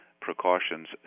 precautions